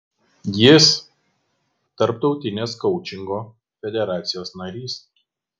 jis tarptautinės koučingo federacijos narys